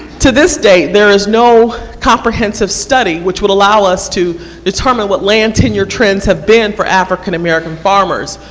to this day, there is no competence of study, which will allow us to determine what land tenure trends have been for african-american farmers.